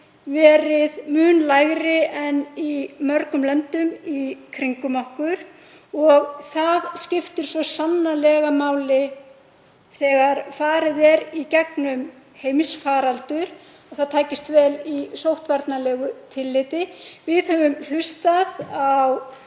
verið mun lægri en í mörgum löndum í kringum okkur. Það skiptir svo sannarlega máli þegar farið er í gegnum heimsfaraldur að það takist vel í sóttvarnalegu tilliti. Við höfum hlustað á